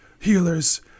healers